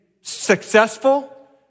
successful